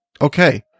Okay